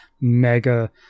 mega